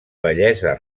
bellesa